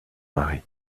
mari